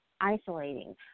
isolating